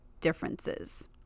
differences